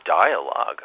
dialogue